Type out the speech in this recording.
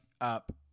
up